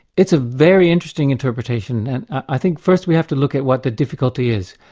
it's a very interesting interpretation. and i think first we have to look at what the difficulty is.